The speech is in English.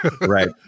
Right